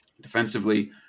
defensively